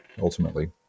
ultimately